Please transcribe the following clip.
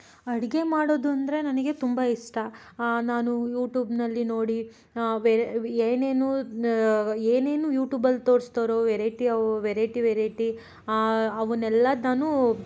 ಅಡುಗೆ ಮಾಡೋದು ಅಂದರೆ ನನಗೆ ತುಂಬ ಇಷ್ಟ ನಾನು ಯೂಟೂಬಿನಲ್ಲಿ ನೋಡಿ ಬೇರೆ ಏನೇನು ಏನೇನು ಯೂಟೂಬಲ್ಲಿ ತೋರಿಸ್ತಾರೋ ವೆರೈಟಿ ಅವು ವೆರೈಟಿ ವೆರೈಟಿ ಅವನ್ನೆಲ್ಲ ನಾನು